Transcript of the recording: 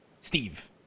Steve